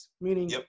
Meaning